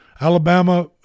Alabama